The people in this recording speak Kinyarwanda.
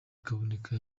kaboneka